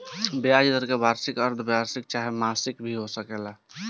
ब्याज दर वार्षिक, अर्द्धवार्षिक चाहे मासिक भी हो सकता